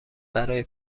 برای